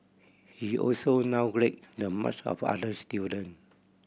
he also downgrade the marks of other student